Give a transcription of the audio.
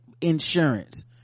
insurance